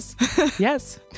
Yes